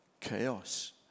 chaos